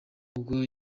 ubwo